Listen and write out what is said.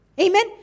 Amen